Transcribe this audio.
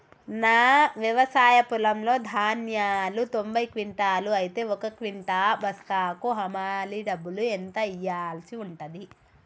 నా వ్యవసాయ పొలంలో ధాన్యాలు తొంభై క్వింటాలు అయితే ఒక క్వింటా బస్తాకు హమాలీ డబ్బులు ఎంత ఇయ్యాల్సి ఉంటది?